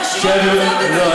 הרשימות נמצאות